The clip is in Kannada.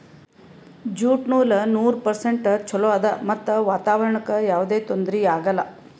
ಜ್ಯೂಟ್ ನೂಲ್ ನೂರ್ ಪರ್ಸೆಂಟ್ ಚೊಲೋ ಆದ್ ಮತ್ತ್ ವಾತಾವರಣ್ಕ್ ಯಾವದೇ ತೊಂದ್ರಿ ಆಗಲ್ಲ